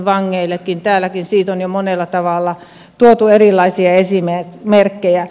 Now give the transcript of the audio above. täälläkin siitä on jo monella tavalla tuotu erilaisia esimerkkejä